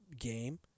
game